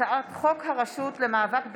הצעת החוק הרשות למאבק באלימות,